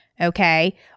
okay